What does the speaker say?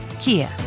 Kia